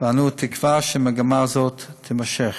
ואנו תקווה שהמגמה הזאת תימשך.